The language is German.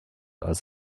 als